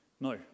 no